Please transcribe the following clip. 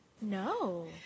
No